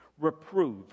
Reprove